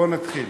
בוא נתחיל.